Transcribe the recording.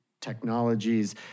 technologies